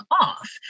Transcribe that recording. off